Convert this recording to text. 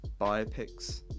biopics